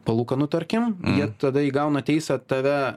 palūkanų tarkim jie tada įgauna teisę tave